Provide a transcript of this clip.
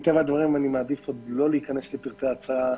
מטבע הדברים אני מעדיף לא לפרט את ההצעה